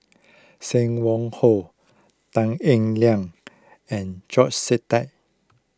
Sim Wong Hoo Tan Eng Liang and George Sita